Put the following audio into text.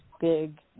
big